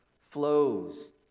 flows